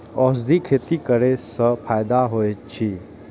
औषधि खेती करे स फायदा होय अछि?